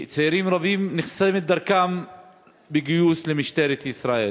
שנחסמת דרכם של צעירים רבים לגיוס למשטרת ישראל.